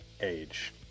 age